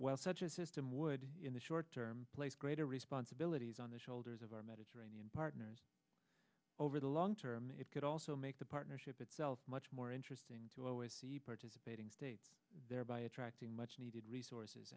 well such a system would in the short term place greater responsibilities on the shoulders of our mediterranean partners over the long term it could also make the partnership itself much more interesting to always participating states thereby attracting much needed resources